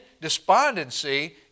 despondency